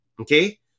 okay